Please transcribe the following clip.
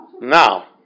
Now